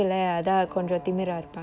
oh